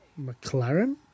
McLaren